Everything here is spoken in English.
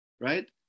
Right